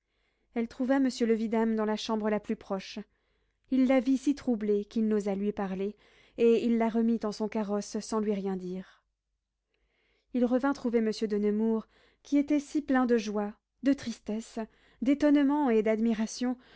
elle trouva monsieur le vidame dans la chambre la plus proche il la vit si troublée qu'il n'osa lui parler et il la remit en son carrosse sans lui rien dire il revint trouver monsieur de nemours qui était si plein de joie de tristesse d'étonnement et d'admiration